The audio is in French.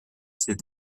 ses